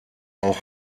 auch